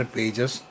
pages